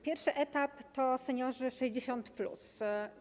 Pierwszy etap to seniorzy 60+.